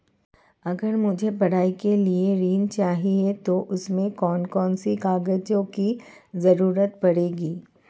अगर मुझे पढ़ाई के लिए ऋण चाहिए तो उसमें कौन कौन से कागजों की जरूरत पड़ेगी?